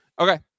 Okay